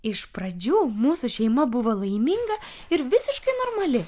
iš pradžių mūsų šeima buvo laiminga ir visiškai normali